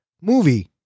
movie